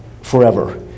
forever